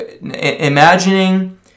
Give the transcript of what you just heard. imagining